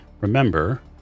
remember